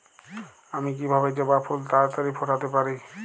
আমি কিভাবে জবা ফুল তাড়াতাড়ি ফোটাতে পারি?